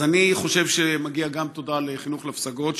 אז אני חושב שמגיעה גם תודה לחינוך לפסגות,